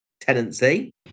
tenancy